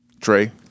Trey